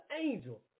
angel